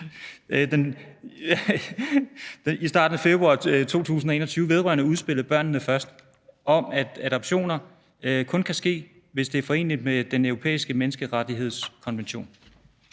i starten af februar 2021 vedrørende udspillet »Børnene Først«, om, at adoptioner kun kan ske, hvis det er foreneligt med Den Europæiske Menneskerettighedskonvention?